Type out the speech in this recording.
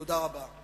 תודה רבה.